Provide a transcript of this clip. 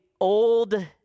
old